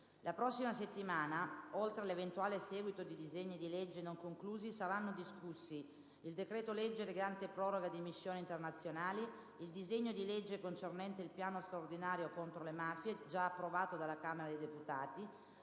La prossima settimana, oltre all'eventuale seguito di disegni di legge non conclusi, saranno discussi il decreto-legge recante proroga di missioni internazionali, il disegno di legge concernente il piano straordinario contro le mafie, già approvato dalla Camera dei deputati,